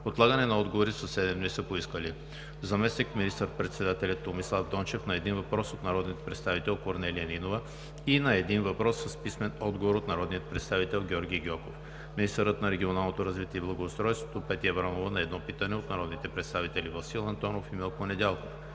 отлагане на отговори със седем дни са поискали: - заместник министър-председателят Томислав Дончев – на един въпрос от народния представител Корнелия Нинова; и на един въпрос с писмен отговор от народния представител Георги Гьоков; - министърът на регионалното развитие и благоустройството Петя Аврамова – на едно питане от народните представители Васил Антонов и Милко Недялков;